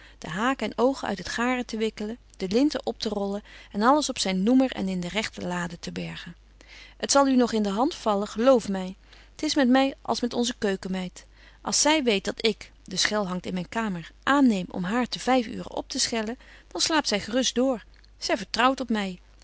de haken en oogen uit het garen te wikkelen de linten opterollen en alles op zyn noemer en in de regte laden te bergen het zal u nog in de hand vallen geloof my t is met my als met onze keukenmeid als zy weet dat ik de schel hangt in myn kamer aanneem om haar betje wolff en aagje deken historie van mejuffrouw sara burgerhart te vyf uuren opteschellen dan slaapt zy gerust door zy vertrouwt op my